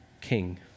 king